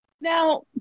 Now